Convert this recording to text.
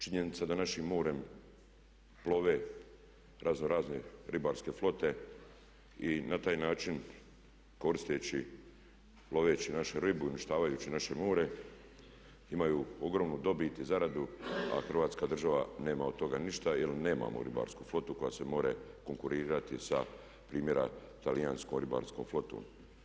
Činjenica da našim morem plove raznorazne ribarske flote i na taj način koristeći i loveći našu ribu i uništavajući naše more imaju ogromnu dobit i zaradu a Hrvatska država nema od toga ništa jer nemamo ribarsku flotu koja može konkurirati sa primjerice talijanskom ribarskom flotom.